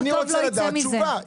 טוב לא יצא מזה,